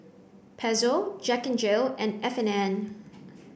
Pezzo Jack N Jill and F and N